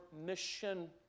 mission